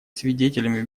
свидетелями